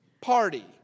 Party